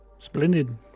Splendid